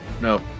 No